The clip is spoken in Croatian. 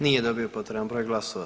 Nije dobio potreban broj glasova.